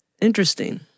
Interesting